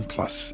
Plus